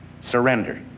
surrender